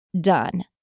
done